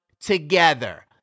together